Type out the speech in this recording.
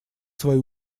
свои